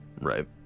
right